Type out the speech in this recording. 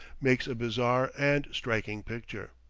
makes a bizarre and striking picture.